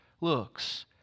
looks